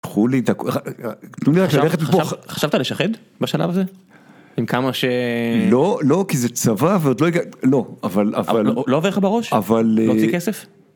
חולי דקות, חשבתי לשחד בשלב הזה? עם כמה ש... לא לא כי זה צבא ועוד לא... אבל אבל אבל.